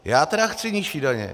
Já tedy chci nižší daně.